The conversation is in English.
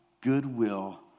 goodwill